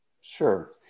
Sure